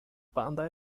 bandai